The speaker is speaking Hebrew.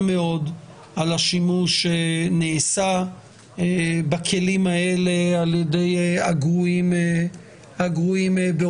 מאוד על השימוש שנעשה בכלים האלה על-ידי הגרועים באויבנו